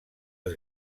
els